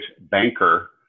banker